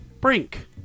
brink